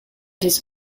his